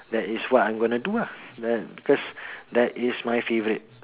ah that is what I'm gonna do lah that because that is my favourite